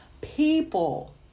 people